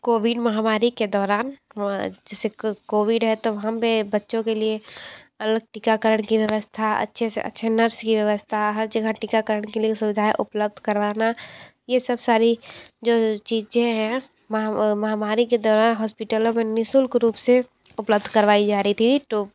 Covid महामारी के दौरान जैसे कोविड है वहाँ पे बच्चों के लिए अलग टीकाकरण की व्यवस्था अच्छे से अच्छे नर्स की व्यवस्था हर जगह टीकाकरण के लिए सुविधाएँ उपलब्ध करवाना यह सब सारी जो चीज़ें हैं महा महामारी के दौरान हॉस्पिटलों में निशुल्क रूप से उपलब्ध करवाई जा रही थी तो